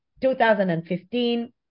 2015